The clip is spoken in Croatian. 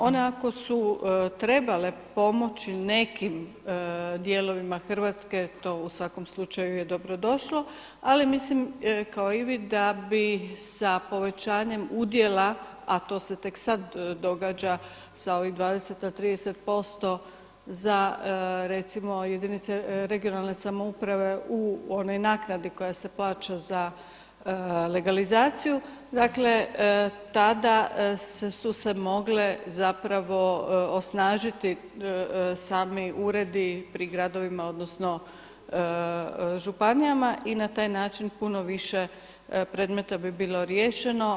One ako su trebale pomoći nekim dijelovima Hrvatske, to u svakom slučaju je dobrodošlo, ali mislim kao i vi da bi sa povećanjem udjela, a to se tek sada događa sa ovih 20, 30% za jedinice regionalne samouprave u onoj naknadi koja se plaća za legalizaciju, dakle tada su se mogle osnažiti sami uredi pri gradovima odnosno županijama i na taj način puno više predmeta bi bilo riješeno.